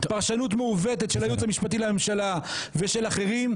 פרשנות מעוותת של היעוץ המשפטי לממשלה ושל אחרים,